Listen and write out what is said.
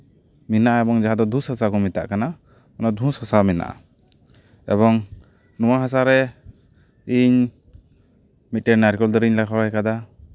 ᱢᱮᱱᱟᱜᱼᱟ ᱮᱵᱚᱝ ᱡᱟᱦᱟᱸ ᱫᱩᱥ ᱦᱟᱥᱟ ᱠᱚ ᱢᱮᱛᱟᱜ ᱠᱟᱱᱟ ᱚᱱᱟ ᱫᱷᱩᱥ ᱦᱟᱥᱟ ᱢᱮᱱᱟᱜᱼᱟ ᱮᱵᱚᱝ ᱱᱚᱣᱟ ᱦᱟᱥᱟᱨᱮ ᱤᱧ ᱢᱤᱫᱴᱟᱱ ᱱᱟᱨᱠᱳᱞ ᱫᱟᱨᱮᱧ ᱨᱚᱦᱚᱭ ᱠᱟᱫᱟ